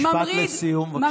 משפט לסיום, בבקשה.